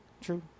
True